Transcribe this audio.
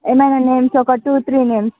ఏమన్నా నేమ్స్ ఒక two three names